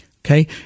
Okay